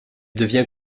devient